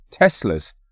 Teslas